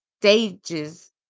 stages